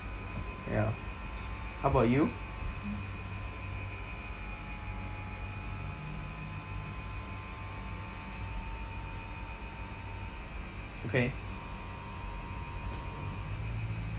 ya how about you okay